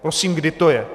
Prosím, kdy to je?